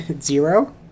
Zero